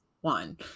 One